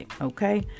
okay